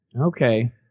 Okay